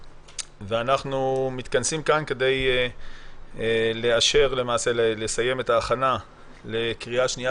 אנחנו מתכנסים כאן כדי לסיים את ההכנה לקריאה שנייה